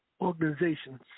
organizations